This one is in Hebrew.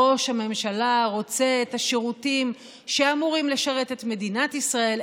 ראש הממשלה רוצה את השירותים שאמורים לשרת את מדינת ישראל,